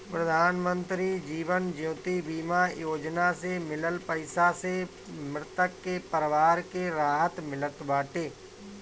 प्रधानमंत्री जीवन ज्योति बीमा योजना से मिलल पईसा से मृतक के परिवार के राहत मिलत बाटे